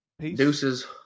Deuces